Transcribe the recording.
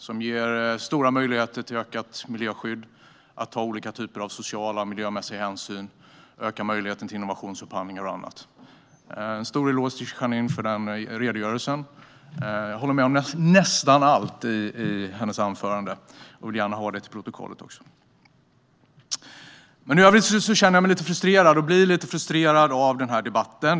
Det ger stora möjligheter till ökat miljöskydd, möjligheter att ta olika typer av sociala och miljömässiga hänsyn, ökad möjlighet till innovationsupphandlingar och annat. Jag vill ge Janine Alm Ericson en stor eloge för den redogörelsen. Jag håller med om nästan allt i hennes anförande, och vill gärna ha det noterat till protokollet. I övrigt blir jag lite frustrerad av den här debatten.